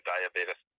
Diabetes